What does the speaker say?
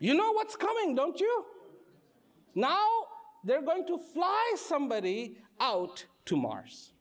you know what's coming don't you know they're going to fly somebody out to mars